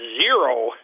zero